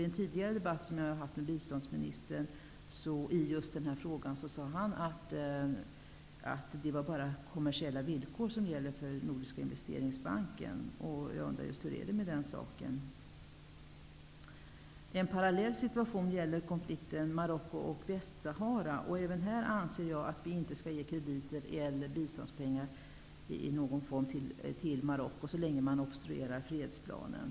I en tidigare debatt som jag har haft med biståndsministern i denna fråga har han sagt att det bara är kommersiella villkor som gäller för Nordiska investeringsbanken. Jag undrar hur det är med den saken. En parallell situation är konflikten mellan Marocko och Västsahara. Även här anser jag att vi inte skall ge krediter eller biståndspengar i någon form till Marocko så länge landet obstruerar mot fredsplanen.